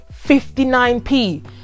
59p